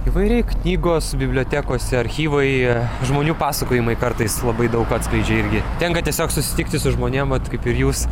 įvairiai knygos bibliotekose archyvai žmonių pasakojimai kartais labai daug atskleidžia irgi tenka tiesiog susitikti su žmonėm vat kaip ir jūs